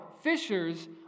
fishers